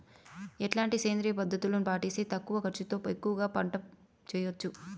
ఎట్లాంటి సేంద్రియ పద్ధతులు పాటిస్తే తక్కువ ఖర్చు తో ఎక్కువగా పంట చేయొచ్చు?